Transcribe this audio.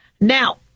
Now